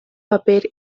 paper